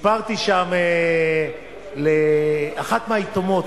סיפרתי שם לאחת מהיתומות,